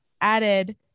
added